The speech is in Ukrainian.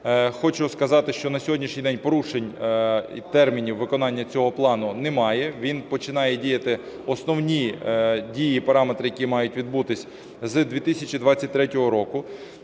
хочу сказати, що на сьогоднішній день порушень і термінів виконання цього плану немає. Він починає діяти, основні дії, параметри, які мають відбутися з 2023 року.